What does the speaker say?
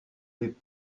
les